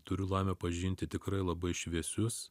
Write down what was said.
turiu laimę pažinti tikrai labai šviesius